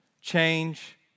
change